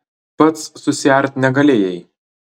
pats susiart negalėjai